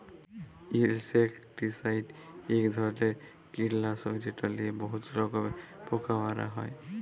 insecticide ইক ধরলের কিটলাসক যেট লিয়ে বহুত রকমের পোকা মারা হ্যয়